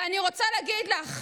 ואני רוצה להגיד לך,